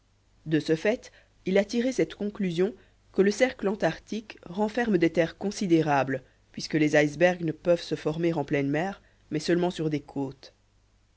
de ce fait il a tiré cette conclusion que le cercle antarctique renferme des terres considérables puisque les icebergs ne peuvent se former en pleine mer mais seulement sur des côtes